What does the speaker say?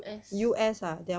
U_S